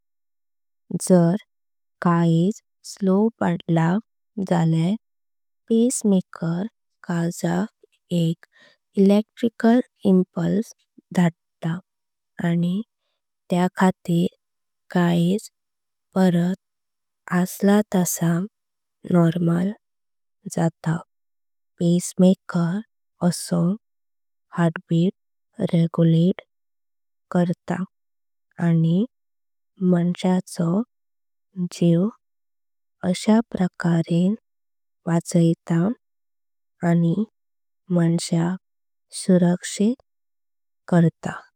जर कळीजा स्लोव पडला जल्या पेसमेकर कालकाल। एक इलेक्ट्रिकल इम्पुल्स थडता आणि त्या खातीर। कळीज बरत असला तसा परत नॉर्मल जाता। पेसमेकर असो हार्टबीट रेग्युलेट करता आणि। मानाचो जीव वचायता आणि सुरकशीत करता।